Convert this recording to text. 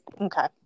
Okay